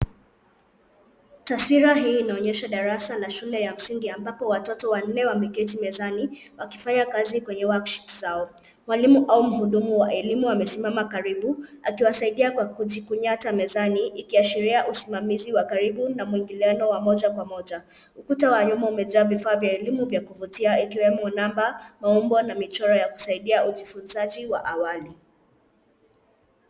Taswira hii inaonyesha darasa la shule ya msingi ambako watoto wanne wameketi mezani wakifanya kazi kwenye (cs)worksheets(cs) zao. Mwalimu au mhudumu wa elimu amesimama karibu, akiwasaidia kwa kujikunyata mezani ikiashiria usimamizi wa karibu na mwingiliano wa moja kwa moja. Ukuta wa nyuma umejaa vifaa vya elimu vya kuvutia ikiwemo; namba, maumbo, na michoro ya kusaidia ujifunzaji wa awali.